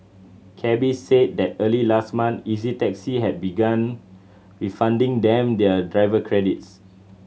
cabbies said that early last month Easy Taxi had began refunding them their driver credits